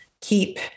keep